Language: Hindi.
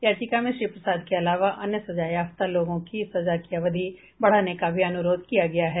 याचिका में श्री प्रसाद के अलावा अन्य सजायाफ्ता लोगों की सजा की अवधि बढ़ाने का भी अनुरोध किया गया है